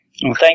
Thank